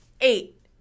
Eight